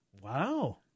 Wow